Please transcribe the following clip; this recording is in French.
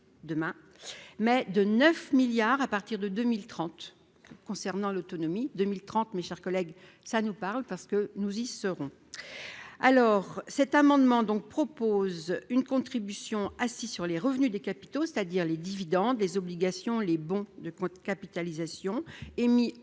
demain mais de 9 milliards à partir de 2030 concernant l'autonomie 2030, mes chers collègues, ça nous parle parce que nous y serons alors cet amendement donc propose une contribution assis sur les revenus des capitaux, c'est-à-dire les dividendes, les obligations, les bons de capitalisation, émis en